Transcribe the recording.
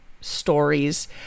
stories